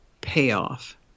payoff